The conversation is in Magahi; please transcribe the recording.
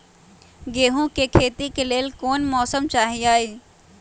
गेंहू के खेती के लेल कोन मौसम चाही अई?